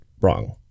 wrong